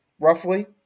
roughly